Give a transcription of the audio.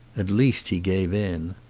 at least he gave in.